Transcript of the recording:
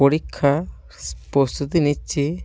পরীক্ষার প্রস্তুতি নিচ্ছি